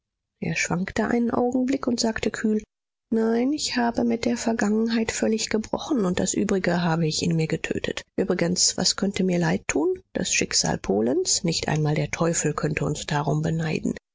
er schwankte einen augenblick und sagte kühl nein ich habe mit der vergangenheit völlig gebrochen und das übrige habe ich in mir getötet übrigens was könnte mir leid tun das schicksal polens nicht einmal der teufel könnte uns darum beneiden